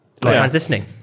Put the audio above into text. transitioning